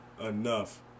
enough